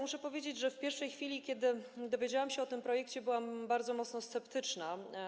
Muszę powiedzieć, że w pierwszej chwili, kiedy dowiedziałam się o tym projekcie, byłam bardzo mocno sceptyczna.